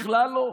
בכלל לא.